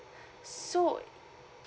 so